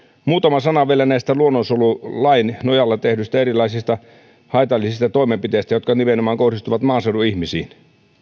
muutama sana vielä näistä luonnonsuojelulain nojalla tehdyistä erilaisista haitallisista toimenpiteistä jotka nimenomaan kohdistuvat maaseudun ihmisiin